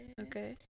Okay